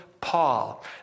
Paul